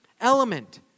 element